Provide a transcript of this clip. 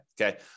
okay